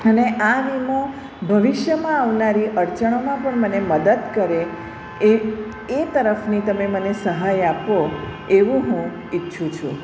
અને આ વીમો ભવિષ્યમાં આવનારી અડચણોમાં પણ મને મદદ કરે એ એ તરફની તમે મને સહાય આપો એવું હું ઈચ્છું છું